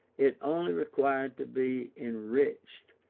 it only required to be enriched,